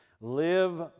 live